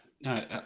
no